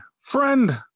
friend